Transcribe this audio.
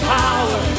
power